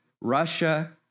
Russia